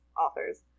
authors